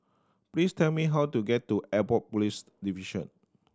please tell me how to get to Airport Police Division